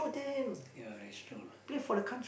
ya that's true lah